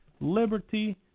liberty